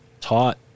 taught